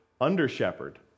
under-shepherd